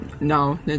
no